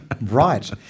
Right